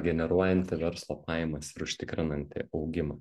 generuojanti verslo pajamas užtikrinanti augimą